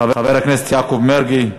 חבר הכנסת יעקב מרגי,